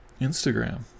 Instagram